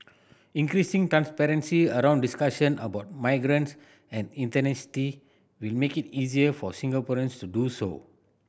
increasing transparency around discussion about migrants and ethnicity will make it easier for Singaporeans to do so